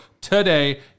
today